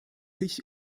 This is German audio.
sich